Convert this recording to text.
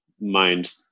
mind